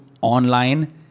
online